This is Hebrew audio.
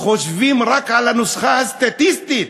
חושבים רק על הנוסחה הסטטיסטית,